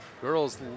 girls